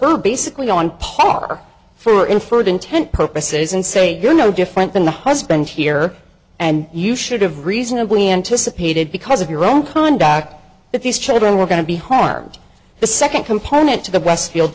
her basically on par for inferred intent purposes and say you're no different than the husband here and you should have reasonably anticipated because of your own conduct that these children were going to be harmed the second component to the westfield